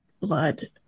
blood